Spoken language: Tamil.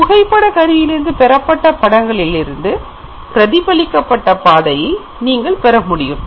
புகைப்பட கருவியில் இருந்து பெறப்பட்ட படங்களிலிருந்து பிரதிபலிக்க பட்ட பாதையில் நீங்கள் பெற முடியும்